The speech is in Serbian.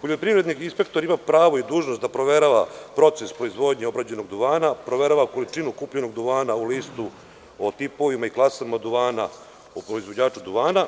Poljoprivredni inspektor ima pravo i dužnost da proverava proces proizvodnje obrađenog duvana, proverava količinu kupljenog duvana u listu, o tipovima i klasama duvana, o proizvođaču duvana,